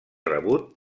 rebut